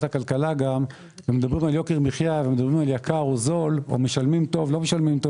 הכלכלה ומדברים על יוקר מחיה ועל יקר או זול או משלמים טוב או לא טוב,